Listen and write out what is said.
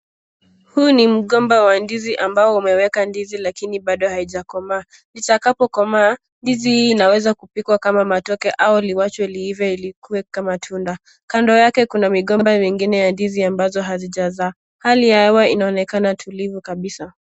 Huu ni mgomba wa ndizi ambao umeweka ndizi lakini bado haijakomaa. Litakapokomaa ndizi hii inaweza kupikwa kama matoke au liwachwe liive likuwe kama tunda. Kando yake kuna migomba mengine ya ndizi ambazo hazijazaa. Hali ya hewa inaonekana tulivu kabisa.